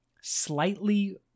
slightly